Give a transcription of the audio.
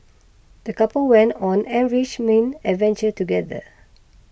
the couple went on an enriching adventure together